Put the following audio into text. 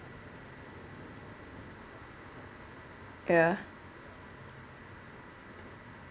ya